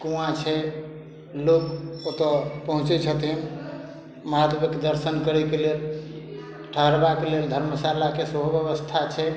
कुआँ छै लोक ओतऽ पहुँचय छथिन महादेवक दर्शन करयके लेल ठहरबाके लेल धर्मशालाके सेहो व्यवस्था छै